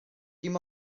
dim